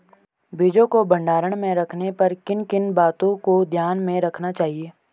बीजों को भंडारण में रखने पर किन किन बातों को ध्यान में रखना चाहिए?